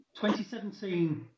2017